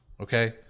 okay